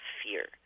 fear